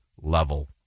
level